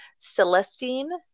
celestine